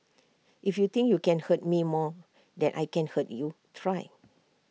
if you think you can hurt me more than I can hurt you try